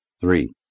Three